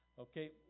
Okay